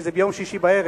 כי זה ביום שישי בערב,